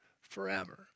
forever